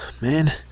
Man